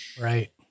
Right